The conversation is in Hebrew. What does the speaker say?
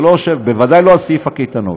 בוודאי לא סעיף הקייטנות.